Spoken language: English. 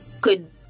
good